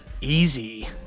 easy